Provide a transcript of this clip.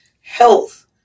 health